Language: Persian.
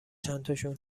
چندتاشون